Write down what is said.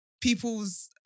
People's